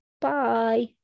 Bye